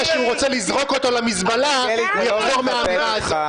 שהוא רוצה לזרוק אותו למזבלה אז הוא יחזור מהאמירה הזו.